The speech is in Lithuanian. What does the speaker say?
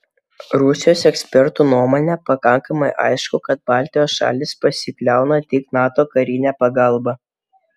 rusijos eksperto nuomone pakankamai aišku kad baltijos šalys pasikliauna tik nato karine pagalba